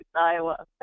Iowa